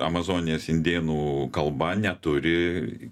amazonės indėnų kalba neturi